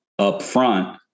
upfront